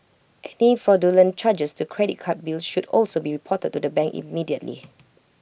any fraudulent charges to credit card bills should also be reported to the bank immediately